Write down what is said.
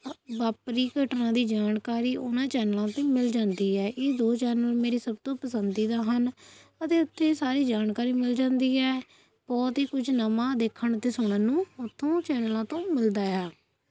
ਵਾਪਰੀ ਘਟਨਾ ਦੀ ਜਾਣਕਾਰੀ ਓਹਨਾਂ ਚੈਨਲਾਂ ਉੱਤੇੇ ਮਿਲ ਜਾਂਦੀ ਹੈ ਇਹ ਦੋ ਚੈਨਲ ਮੇਰੇ ਸਭ ਤੋਂ ਪਸੰਦੀਦਾ ਹਨ ਅਤੇ ਉੱਥੇ ਸਾਰੀ ਜਾਣਕਾਰੀ ਮਿਲ ਜਾਂਦੀ ਹੈ ਬਹੁਤ ਹੀ ਕੁਝ ਨਵਾਂ ਦੇਖਣ ਅਤੇ ਸੁਣਨ ਨੂੰ ਉੱਥੋਂ ਚੈਨਲਾਂ ਤੋਂ ਮਿਲਦਾ ਆ